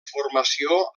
formació